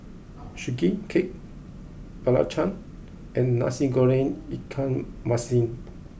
Sugee Cake Belacan and Nasi Goreng Ikan Masin